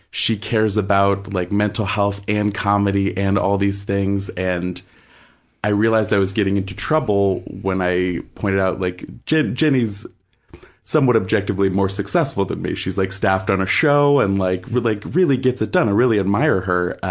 she cares about like mental health and comedy and all these things. and i realized i was getting into trouble when i pointed out, like jenny's somewhat objectively more successful than me. she's like staffed on a show and like really really gets it done. i really admire her.